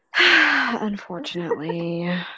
Unfortunately